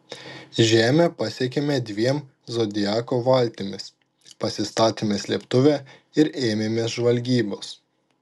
žemę pasiekėme dviem zodiako valtimis pasistatėme slėptuvę ir ėmėmės žvalgybos